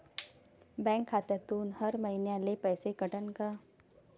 Bank खात्यातून हर महिन्याले पैसे कटन का?